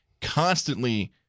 constantly